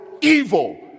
evil